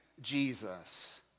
Jesus